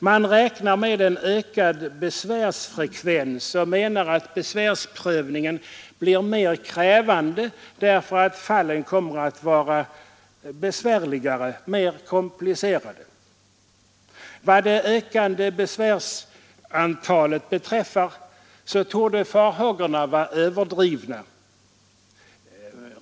Man räknar med en ökad besvärsfrekvens och menar att besvärsprövningen blir mer krävande därför att fallen kommer att vara besvärligare, mer komplicerade. Vad det ökande besvärsantalet beträffar torde farhågorna vara överdrivna.